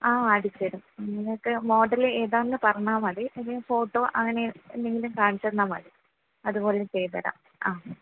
ആ അടിച്ചുതരും നിങ്ങൾക്ക് മോഡൽ ഏതാണെന്ന് പറഞ്ഞാൽ മതി അല്ലെങ്കിൽ ഫോട്ടോ അങ്ങനെ എന്തെങ്കിലും കാണിച്ചുതന്നാൽ മതി അതുപോലെ ചെയ്തുതരാം ആ